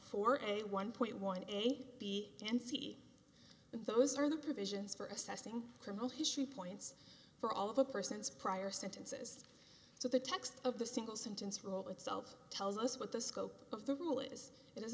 for a one point one eight b and c those are the provisions for assessing criminal history points for all of a person's prior sentences so the text of the single sentence rule itself tells us what the scope of the rule is